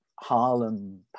Harlem